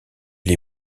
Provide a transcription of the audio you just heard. les